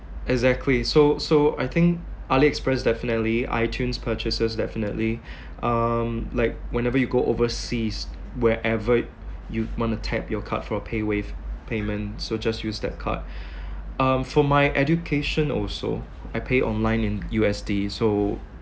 exactly so so I think aliexpress definitely itunes purchases definitely um like whenever you go overseas wherever you want to tap your card for paywave payment so just use that card um for my education also I pay online in U_S_D so